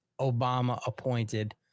Obama-appointed